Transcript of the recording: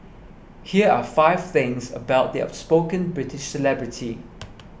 here are five things about the outspoken British celebrity